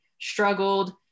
struggled